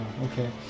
Okay